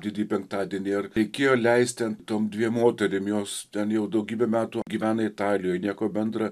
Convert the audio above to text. didįjį penktadienį ar reikėjo leist ten tom dviem moterim jos ten jau daugybę metų gyvena italijoj nieko bendra